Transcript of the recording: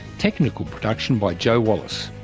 technical production by joe wallace,